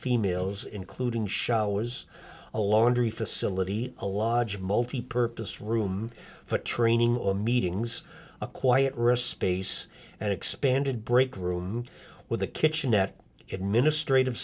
females including showers a laundry facility a lodge multipurpose room for training or meetings a quiet risp ace and expanded break room with a kitchenette administrative